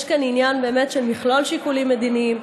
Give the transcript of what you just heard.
יש כאן עניין של מכלול שיקולים מדיניים.